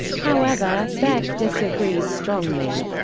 however, beck disagrees strongly.